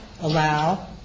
allow